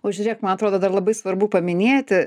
o žiūrėk man atrodo dar labai svarbu paminėti